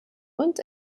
und